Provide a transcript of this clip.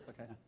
okay